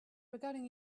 regarding